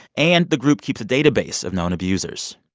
and the group keeps a database of known abusers.